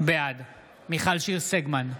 בעד מיכל שיר סגמן,